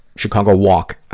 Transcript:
chicagowalk.